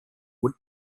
wood